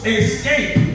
escape